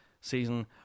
season